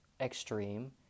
extreme